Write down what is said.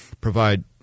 provide